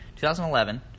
2011